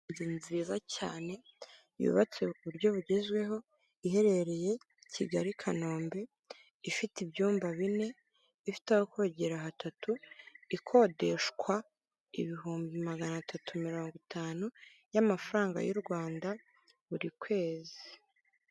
Inzu nziza cyane yubatswe ku buryo bugezweho, iherereye Kigali Kanombe, ifite ibyumba bine, ifite aho kogera hatatu, ikodeshwa ibihumbi magana atatu mirongo itanu y'amafaranga y'u Rwanda, buri kwezi.